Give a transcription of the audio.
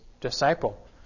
disciple